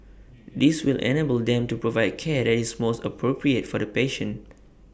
this will enable them to provide care that is most appropriate for the patient